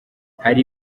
hari